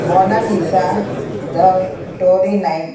mona lisa the story night